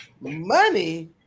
Money